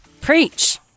Preach